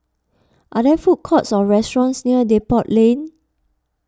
are there food courts or restaurants near Depot Lane